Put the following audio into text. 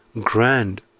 grand